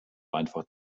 einfach